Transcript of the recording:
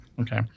Okay